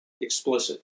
explicit